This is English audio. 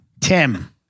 Tim